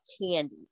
candy